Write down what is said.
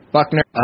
Buckner